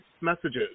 messages